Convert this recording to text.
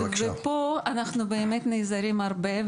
אנחנו נעזרים הרבה,